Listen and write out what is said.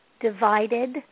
divided